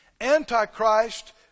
Antichrist